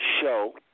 show